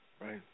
Right